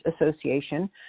Association